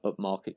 upmarket